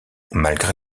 malgré